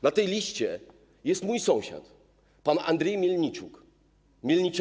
Na tej liście jest mój sąsiad pan Andriej Mielniczenko.